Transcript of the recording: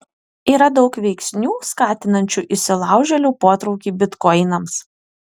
yra daug veiksnių skatinančių įsilaužėlių potraukį bitkoinams